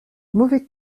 mauvais